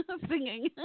singing